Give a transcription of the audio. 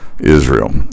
Israel